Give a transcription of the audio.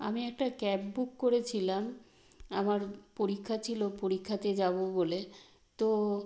আমি একটা cab book করেছিলাম আমার পরীক্ষা ছিলো পরীক্ষাতে যাবো বলে তো